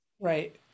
right